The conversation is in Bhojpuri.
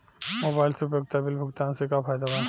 मोबाइल से उपयोगिता बिल भुगतान से का फायदा बा?